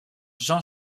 jean